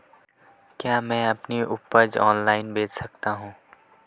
क्या मैं अपनी उपज ऑनलाइन बेच सकता हूँ?